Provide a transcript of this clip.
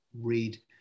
read